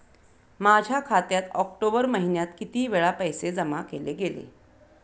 माझ्या खात्यात ऑक्टोबर महिन्यात किती वेळा पैसे जमा केले गेले?